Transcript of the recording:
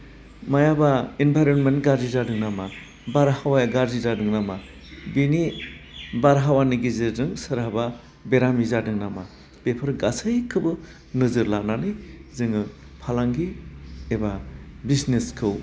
मायाबा इनभारिमेन्ट गाज्रि जादों नामा बारहावाया गाज्रि जादों नामा बिनि बारहावानि गेजेरजों सोरहाबा बेरामि जोदों नामा बेफोर गासैखौबो नोजोर लानानै जोङो फालांगि एबा बिजनेसखौ